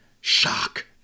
Shock